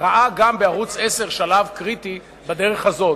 ראה גם בערוץ-10 שלב קריטי בדרך הזאת.